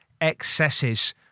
excesses